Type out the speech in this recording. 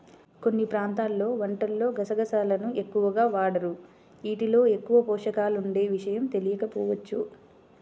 కొన్ని ప్రాంతాల్లో వంటల్లో గసగసాలను ఎక్కువగా వాడరు, యీటిల్లో ఎక్కువ పోషకాలుండే విషయం తెలియకపోవచ్చు